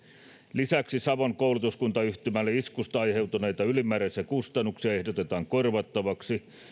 lisäksi savon koulutuskuntayhtymän iskusta aiheutuneita ylimääräisiä kustannuksia ehdotetaan korvattavaksi